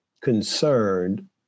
concerned